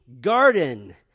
garden